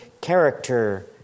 character